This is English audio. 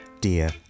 dear